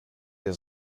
der